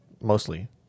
mostly